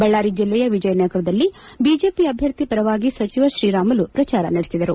ಬಳ್ಳಾರಿ ಜಿಲ್ಲೆಯ ವಿಜಯನಗರದಲ್ಲಿ ಬಿಜೆಪಿ ಅಭ್ಯರ್ಥಿ ಪರವಾಗಿ ಸಚಿವ ಶ್ರೀರಾಮುಲು ಪ್ರಜಾರ ನಡೆಸಿದರು